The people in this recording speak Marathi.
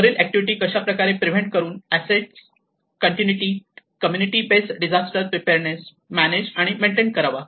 वरील एक्टिविटी कशाप्रकारे प्रिवेंट करून asset continuity community base disaster preparedness manage आणि मेंटेन करावा